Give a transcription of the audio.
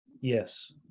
Yes